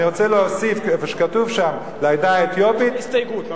וכתוב שם "לעדה האתיופית" הסתייגות.